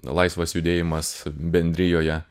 laisvas judėjimas bendrijoje